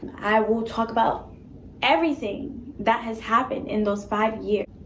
i will talk about everything that has happened in those five years.